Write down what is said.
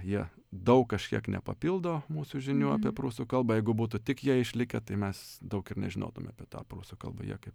jie daug kažkiek nepapildo mūsų žinių apie prūsų kalbą jeigu būtų tik jie išlikę tai mes daug ir nežinotume apie tą prūsų kalbą jie kaip